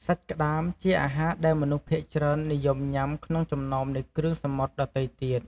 សាច់ក្តាមជាអាហារដែលមនុស្សភាគច្រើននិយមញុាំក្នុងចំណោមនៃគ្រឿងសមុទ្រដទៃទៀត។